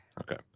okay